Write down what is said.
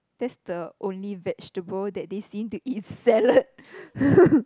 that's the only vegetable that they seem to eat salad